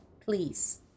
please